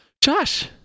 Josh